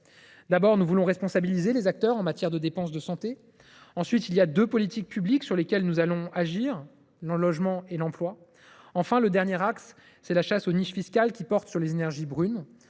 d’abord, nous voulons responsabiliser les acteurs en matière de dépenses de santé. Ensuite, il y a deux politiques publiques sur lesquelles nous allons agir : le logement et l’emploi. Enfin, le dernier axe, c’est la chasse aux niches fiscales qui portent sur les énergies brunes.